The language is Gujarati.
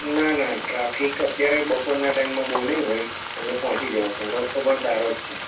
ના ના ટ્રાફિક અત્યારે બપોરના ટાઈમમાં બહુ નહી હોય એટલે પહોંચી જવાશે રસ્તો પણ સારો જ છે